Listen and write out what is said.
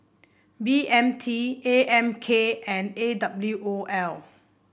B M T A M K and A W O L